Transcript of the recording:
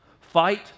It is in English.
Fight